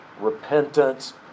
repentance